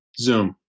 Zoom